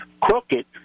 crooked